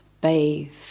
bathe